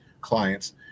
clients